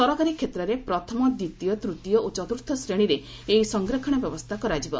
ସରକାରୀ କ୍ଷେତ୍ରରେ ପ୍ରଥମ ଦ୍ୱିତୀୟ ତୂତୀୟ ଓ ଚତୁର୍ଥ ଶ୍ରେଣୀରେ ଏହି ସଂରକ୍ଷଣ ବ୍ୟବସ୍ଥା କରାଯିବ